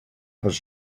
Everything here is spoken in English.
has